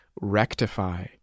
rectify